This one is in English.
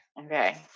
Okay